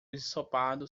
ensopado